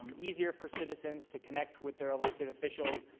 easier for citizens to connect with their elected officials,